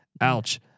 Ouch